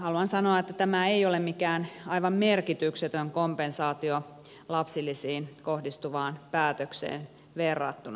haluan sanoa että tämä ei ole mikään aivan merkityksetön kompensaatio lapsilisiin kohdistuvaan päätökseen verrattuna